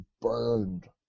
burned